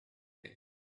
name